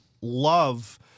love